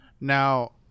Now